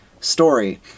story